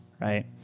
right